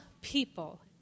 people